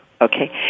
Okay